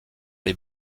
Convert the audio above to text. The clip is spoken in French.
les